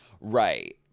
right